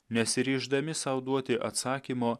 nesiryždami sau duoti atsakymo